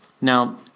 Now